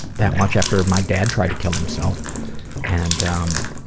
that much after my dad tried to kill himself and um,